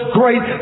great